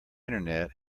internet